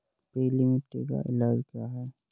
पीली मिट्टी का इलाज क्या है?